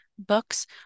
books